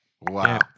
Wow